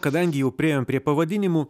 kadangi jau priėjom prie pavadinimų